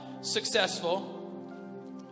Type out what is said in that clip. successful